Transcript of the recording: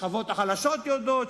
השכבות החלשות יודעות,